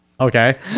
Okay